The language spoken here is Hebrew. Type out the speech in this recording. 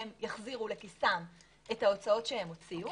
הם יחזירו לכיסם את ההוצאות שהוציאו,